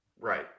right